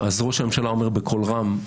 אז ראש הממשלה אומר בקול רם: